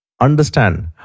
Understand